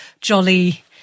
jolly